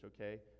Okay